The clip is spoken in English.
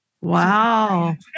Wow